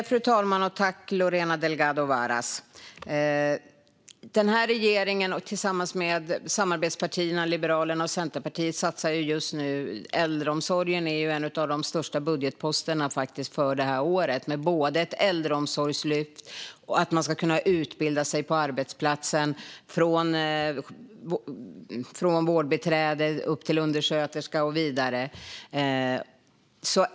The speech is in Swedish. Fru talman! Regeringen satsar tillsammans med samarbetspartierna Liberalerna och Centerpartiet mycket på äldreomsorgen. Det är en av årets största budgetposter med bland annat ett äldreomsorgslyft för att man ska kunna utbilda sig på arbetsplatsen från vårdbiträde till undersköterska och vidare.